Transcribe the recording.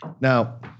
Now